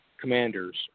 commanders